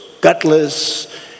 gutless